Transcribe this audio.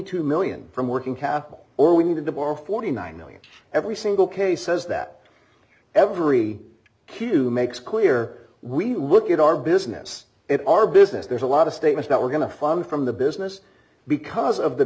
two million from working capital or we needed to borrow forty nine million every single case says that every q who makes clear we look at our business it our business there's a lot of statements that we're going to fund from the business because of the